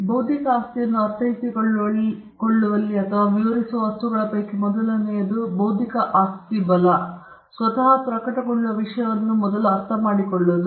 ಈಗ ಬೌದ್ಧಿಕ ಆಸ್ತಿಯನ್ನು ಅರ್ಥೈಸಿಕೊಳ್ಳುವಲ್ಲಿ ಅಥವಾ ವಿವರಿಸುವ ವಸ್ತುಗಳ ಪೈಕಿ ಮೊದಲನೆಯದು ಬೌದ್ಧಿಕ ಆಸ್ತಿ ಬಲವು ಸ್ವತಃ ಪ್ರಕಟಗೊಳ್ಳುವ ವಿಷಯವನ್ನು ಮೊದಲು ಅರ್ಥಮಾಡಿಕೊಳ್ಳುವುದು